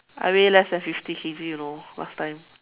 I weigh less than fifty K_G you know last time